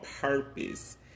purpose